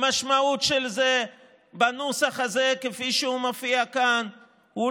המשמעות של זה בנוסח הזה כפי שהוא מופיע כאן הוא